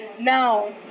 Now